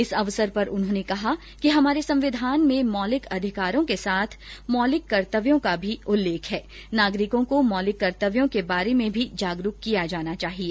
इस अवसर पर उन्होने कहाँ कि हमारे संविधान में मौलिक अधिकारों के साथ मौलिक कर्त्तव्यों का भी उल्लेख है नागरिकों को मौलिक कर्तव्यों के बारे में भी जागरूक किया जाना चाहिए